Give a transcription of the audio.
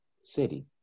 city